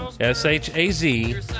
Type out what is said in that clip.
S-H-A-Z